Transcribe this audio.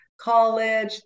college